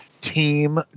Team